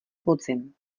podzim